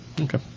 Okay